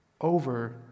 over